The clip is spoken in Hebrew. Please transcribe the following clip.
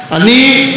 וככזה,